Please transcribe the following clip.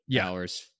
hours